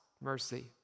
mercy